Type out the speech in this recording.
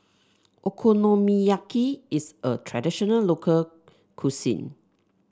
okonomiyaki is a traditional local cuisine